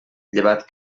llevat